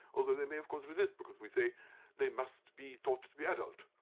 although they may of course resist, because we say they must be taught to be adult,